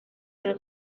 del